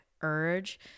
urge